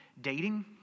dating